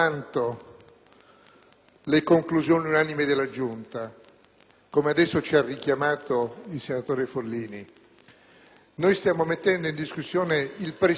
le conclusioni unanimi della Giunta, come adesso ci ha ricordato il senatore Follini; noi stiamo mettendo in discussione il prestigio